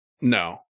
No